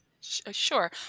sure